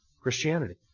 Christianity